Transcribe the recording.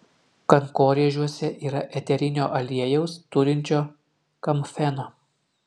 kankorėžiuose yra eterinio aliejaus turinčio kamfeno